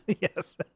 Yes